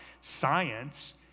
science